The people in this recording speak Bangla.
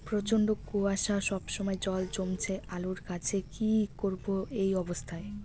প্রচন্ড কুয়াশা সবসময় জল জমছে আলুর গাছে কি করব এই অবস্থায়?